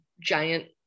giant